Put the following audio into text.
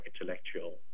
intellectual